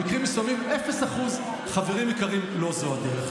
במקרים מסוימים 0%, חברים יקרים, לא זו הדרך.